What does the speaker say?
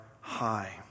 high